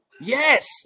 Yes